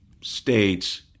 states